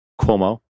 Cuomo